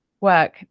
work